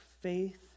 faith